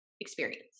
experience